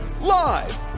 Live